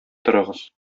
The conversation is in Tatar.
торыгыз